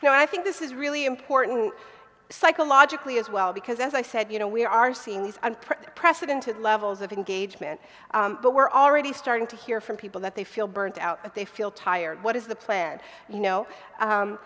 you know i think this is really important psychologically as well because as i said you know we are seeing these precedented levels of engagement but we're already starting to hear from people that they feel burnt out that they feel tired what is the plan